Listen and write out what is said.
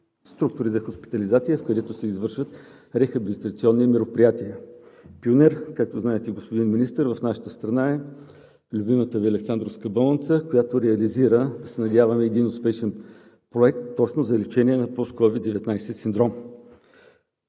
структури за хоспитализация, където се извършват рехабилитационни мероприятия. Както знаете, господин Министър, пионер в нашата страна е любимата Ви Александровска болница, която реализира, да се надяваме, един успешен проект точно за лечение на Post-Covid-19 синдром.